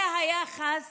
זה היחס